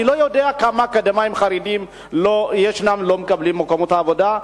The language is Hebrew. אני לא יודע כמה אקדמאים חרדים ישנם שלא מקבלים אותם במקומות עבודה,